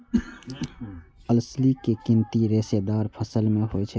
अलसी के गिनती रेशेदार फसल मे होइ छै